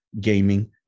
gaming